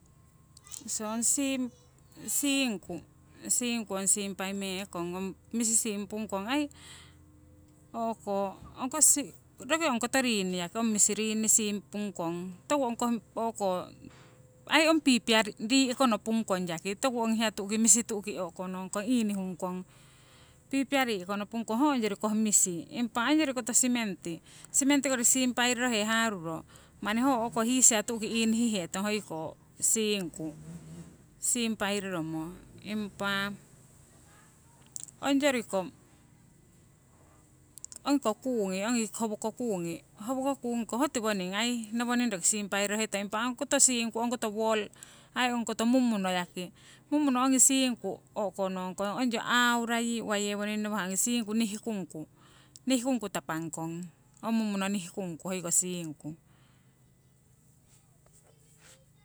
oso ong siim siingku ong siimpai mee'kong ong misi siimpung kong aii o'ko roki onkoto yaki ong misi rinni siimpung kong, toku ongkoh o'ko aii ong pipia rii'ko nopung kong yaki toku ong hiya tu'ki misi tu'ki o'konong kong ingihungkong, pipia rii'ko nopung kong ho ongyori koh misi. Impa ongyori koto cementi, cementi kori siimpai rorohe haruro manni ho o'ko hisiya tu'ki ingihihetong hoiko siingku siimpai roromo. impa ongyoriko ongi ko kuungi, ongi howo ko kuungi aii tiwoning nowoning roki siimpai roro hetong. Impai ongkoto siingku ongkoto wall aii ongkoto mumuno yaki, mumuno ongi siingku o'konokong ongyo aaura yii uwa yewoning ngawah ongi siingku nihkungku, nihkungku tapang kong, ong mumuno nihkungku hoiko siingku.